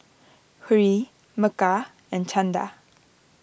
Hri Milkha and Chanda